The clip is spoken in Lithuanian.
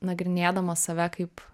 nagrinėdama save kaip